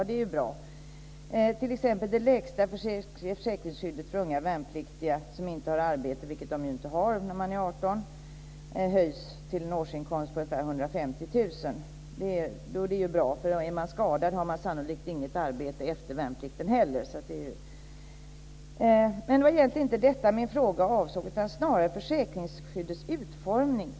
Det är ju bra. Det gäller t.ex. det lägsta försäkringsskyddet för unga värnpliktiga som inte har arbete, vilket de inte har när de är 18 år. Det höjs till en årsinkomst på ungefär 150 000 kr. Det är bra. Den som är skadad har sannolikt heller inget arbete efter värnplikten. Men det var egentligen inte detta min fråga avsåg, utan snarare försäkringsskyddets utformning.